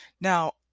Now